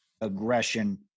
aggression